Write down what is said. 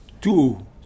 two